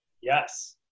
Yes